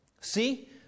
See